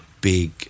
big